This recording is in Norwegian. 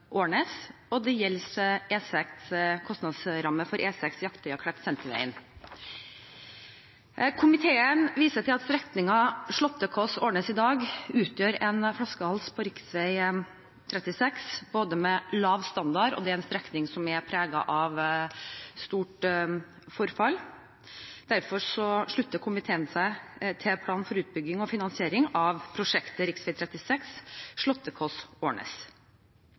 samlet om. Det gjelder utbygging og finansiering av rv. 36 Slåttekås–Årnes, og det gjelder kostnadsramme for E6 Jaktøya–Klett–Sentervegen. Komiteen viser til at strekningen Slåttekås–Årnes i dag utgjør en flaskehals på rv. 36. Strekningen holder lav standard og er preget av stort forfall. Derfor slutter komiteen seg til planen for utbygging og finansiering av prosjektet rv. 36